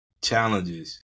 challenges